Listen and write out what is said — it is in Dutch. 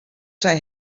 zei